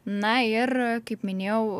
na ir kaip minėjau